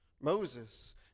Moses